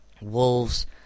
Wolves